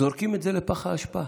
זורקים את זה לפח האשפה.